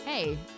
Hey